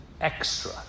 extra